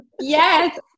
yes